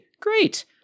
Great